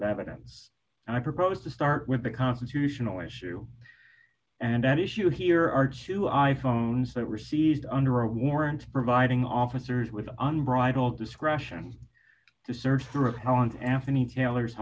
of evidence and i propose to start with the constitutional issue and at issue here are two i phones that recede under a warrant providing officers with unbridled discretion to search through how and anthony taylor